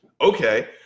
okay